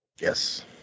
Yes